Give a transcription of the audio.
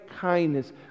kindness